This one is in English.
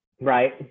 right